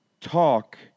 talk